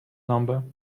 number